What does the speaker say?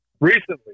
Recently